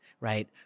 right